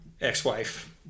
ex-wife